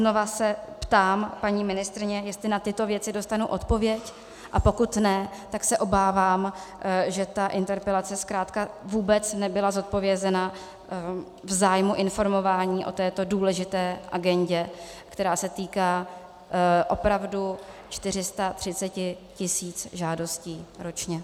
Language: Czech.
Znova se ptám, paní ministryně, jestli na tyto věci dostanu odpověď, a pokud ne, tak se obávám, že ta interpelace zkrátka vůbec nebyla zodpovězena v zájmu informování o této důležité agendě, která se týká opravdu 430 tisíc žádostí ročně.